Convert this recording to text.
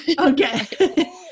Okay